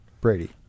Brady